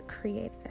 created